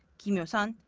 kim hyo-sun,